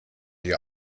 ihr